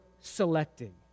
selecting